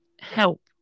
help